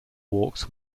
walks